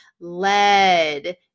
led